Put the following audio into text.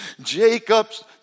Jacob's